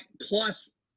plus